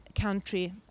country